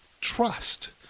trust